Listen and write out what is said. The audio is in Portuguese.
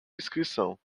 inscrição